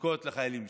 לחיילים משוחררים.